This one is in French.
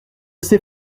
sait